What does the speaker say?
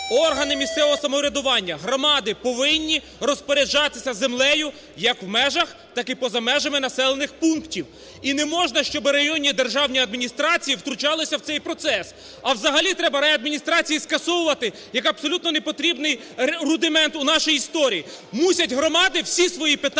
органи місцевого самоврядування, громади повинні розпоряджатися землею як в межах, так і поза межами населених пунктів. І не можна, щоб районні державні адміністрації втручалися в цей процес. А взагалі требарайадміністрації скасовувати, як абсолютно непотрібний рудимент в нашій історії. Мусять громади всі свої питання